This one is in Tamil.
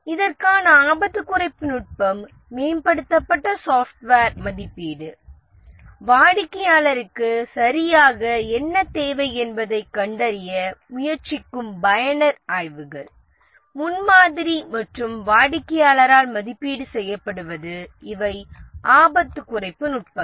இதற்கான ஆபத்து குறைப்பு நுட்பம் மேம்படுத்தப்பட்ட சாப்ட்வேர் மதிப்பீடு வாடிக்கையாளருக்கு சரியாக என்ன தேவை என்பதைக் கண்டறிய முயற்சிக்கும் பயனர் ஆய்வுகள் முன்மாதிரி மற்றும் வாடிக்கையாளரால் மதிப்பீடு செய்யப்படுவது இவை ஆபத்து குறைப்பு நுட்பங்கள்